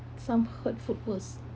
some hurtful words